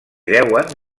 deuen